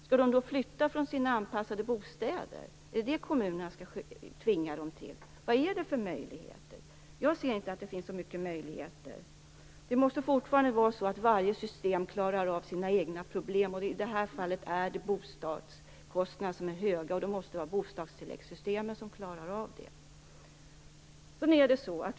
Skall de flytta från sina anpassade bostäder? Är det detta kommunerna skall tvinga dem till? Jag ser inte att det finns så mycket möjligheter. Det måste fortfarande vara så, att varje system klarar av sina egna problem. I det här fallet är det bostadskostnaderna som är höga, och då måste bostadstilläggssystemet klara av det.